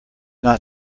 not